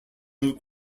luke